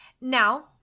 Now